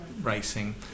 racing